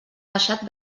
deixat